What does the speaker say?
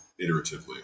iteratively